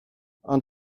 ond